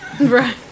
Right